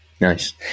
Nice